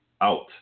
out